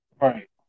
Right